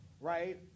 Right